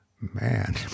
Man